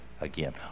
again